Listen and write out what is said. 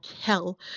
hell